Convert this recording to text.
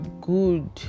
good